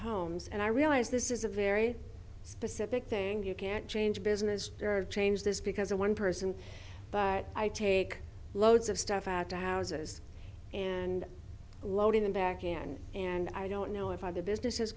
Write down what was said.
homes and i realize this is a very specific thing you can't change business or change this because of one person but i take loads of stuff out to houses and loading them back in and i don't know if either businesses